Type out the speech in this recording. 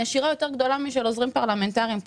נשירה יותר גדולה מאשר של עוזרים פרלמנטריים פה,